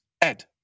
Ed